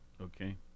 okay